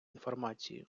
інформацію